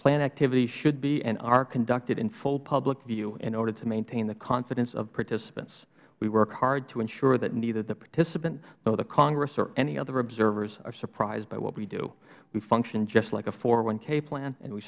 plan activities should be and are conducted in full public view in order to maintain the confidence of participants we work hard to ensure that neither the participant nor the congress or any other observers are surprised by what we do we function just like a k plan and we